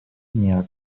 дня